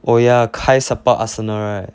oh ya kyle support arsenal right